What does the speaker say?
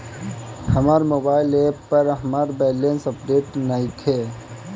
हमर mobile app पर हमर बैलेंस अपडेट नइखे